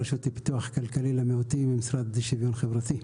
הרשות לפיתוח כלכלי למיעוטים במשרד לשוויון חברתי.